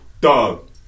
Dog